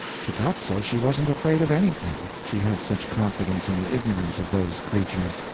she got so she wasn't afraid of anything, she had such confidence in the ignorance of those creatures.